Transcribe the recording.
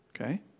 Okay